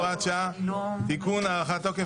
הוראת שעה) (תיקון) (הארכת תוקף),